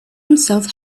himself